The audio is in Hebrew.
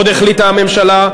עוד החליטה הממשלה,